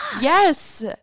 Yes